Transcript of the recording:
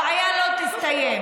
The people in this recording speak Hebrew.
הבעיה לא תסתיים.